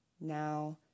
Now